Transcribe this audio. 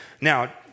Now